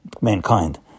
mankind